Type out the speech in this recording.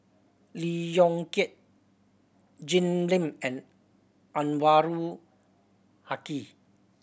Lee Yong Kiat Jim Lim and Anwarul Haque